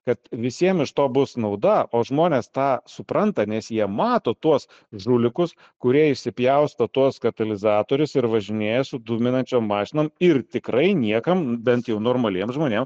kad visiem iš to bus nauda o žmonės tą supranta nes jie mato tuos žulikus kurie išsipjausto tuos katalizatorius ir važinėja su dūminančiom mašinom ir tikrai niekam bent jau normaliem žmonėm